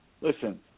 Listen